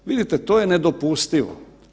Vidite, to je nedopustivo.